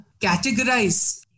categorize